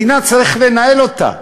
מדינה, צריך לנהל אותה.